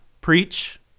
Preach